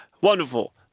Wonderful